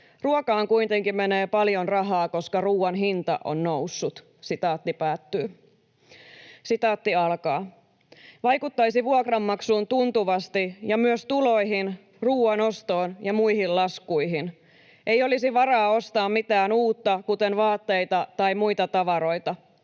Ruokaan kuitenkin menee paljon rahaa, koska ruuan hinta on noussut.” ”Vaikuttaisi vuokranmaksuun tuntuvasti ja myös tuloihin, ruuan ostoon ja muihin laskuihin. Ei olisi varaa ostaa mitään uutta, kuten vaatteita tai muita tavaroita.